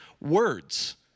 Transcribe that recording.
words